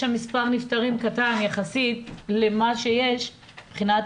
יש שם מספר נפטרים קטן יחסית למה שיש מבחינת